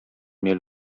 mnie